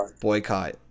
Boycott